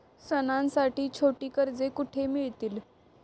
सणांसाठी छोटी कर्जे कुठे मिळतील?